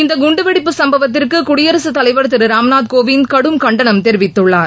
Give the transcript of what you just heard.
இந்த குண்டுவெடிப்பு சம்பவத்திற்கு குடியரசுத் தலைவர் திரு ராம்நாத் கோவிந்த் கடும் கண்டனம் தெரிவித்துள்ளார்